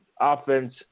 offense